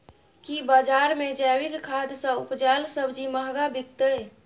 की बजार मे जैविक खाद सॅ उपजेल सब्जी महंगा बिकतै?